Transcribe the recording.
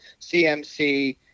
CMC